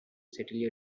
settle